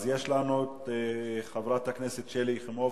אז יש חברת הכנסת שלי יחימוביץ,